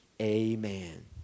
Amen